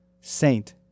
saint